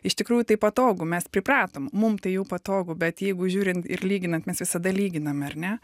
iš tikrųjų tai patogu mes pripratom mum tai jau patogu bet jeigu žiūrint ir lyginant mes visada lyginame ar ne